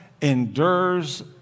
endures